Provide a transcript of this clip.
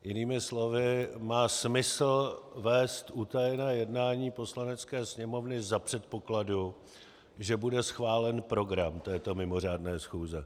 Jinými slovy, má smysl vést utajené jednání Poslanecké sněmovny za předpokladu, že bude schválen program této mimořádné schůze.